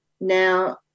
Now